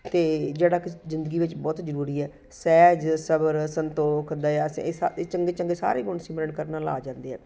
ਅਤੇ ਜਿਹੜਾ ਕਿ ਜ਼ਿੰਦਗੀ ਵਿੱਚ ਬਹੁਤ ਜ਼ਰੂਰੀ ਹੈ ਸਹਿਜ ਸਬਰ ਸੰਤੋਖ ਦਇਆ ਸੇ ਇਹ ਸਾ ਇਹ ਚੰਗੇ ਚੰਗੇ ਸਾਰੇ ਗੁਣ ਸਿਮਰਨ ਕਰਨ ਨਲਾ ਜਾਂਦੇ ਆ